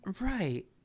Right